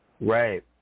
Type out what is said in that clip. right